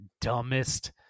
dumbest